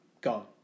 gone